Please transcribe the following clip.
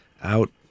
out